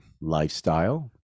lifestyle